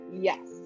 Yes